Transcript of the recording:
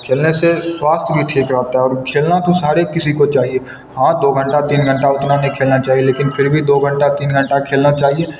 खेलने से स्वास्थ्य भी ठीक रहता और खेलना तो हर एक किसी को चाहिए हाँ दो घंटा तीन घंटा उतना नहीं खेलना चाहिए लेकिन फिर भी दो घंटा तीन घंटा खेलना चाहिए